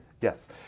Yes